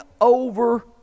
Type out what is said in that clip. over